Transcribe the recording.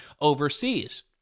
overseas